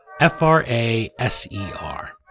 F-R-A-S-E-R